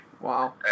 Wow